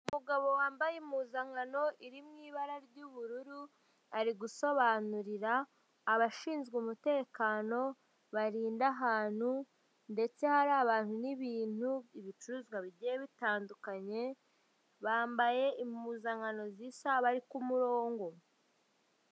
Umugabo wambaye impuzankano irimo ibara ry'ubururu ari gusobanurira abashinzwe umutekano barinda ahantu ndetse bari ahantu n'ibintu , ibicuruzwa bigiye bitandukanye bambaye impuzankano zisa bari ku murongo.